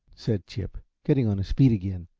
said chip, getting on his feet again.